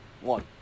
One